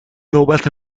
نوبت